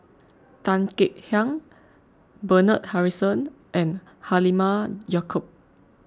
Tan Kek Hiang Bernard Harrison and Halimah Yacob